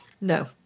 no